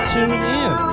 TuneIn